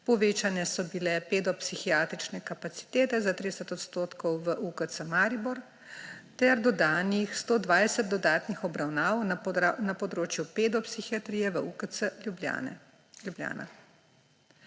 povečane so bile pedopsihiatrične kapacitete za 30 odstotkov v UKV Maribor ter dodanih 120 dodatnih obravnav na področju pedopsihiatrije v UKC Ljubljana.